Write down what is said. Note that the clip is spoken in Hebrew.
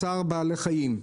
כמו צער בעלי חיים,